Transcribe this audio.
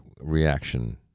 reaction